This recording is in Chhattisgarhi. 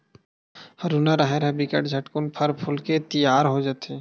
हरूना राहेर ह बिकट झटकुन फर फूल के तियार हो जथे